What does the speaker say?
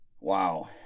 Wow